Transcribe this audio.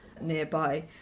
nearby